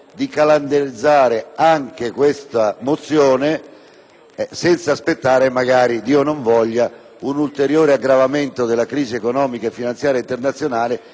un ulteriore aggravamento della crisi economica e finanziaria internazionale, che potrebbe rendere ancora più urgente l'espressione di un'opinione e di indicazioni da parte dell'Aula